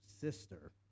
sister